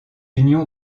union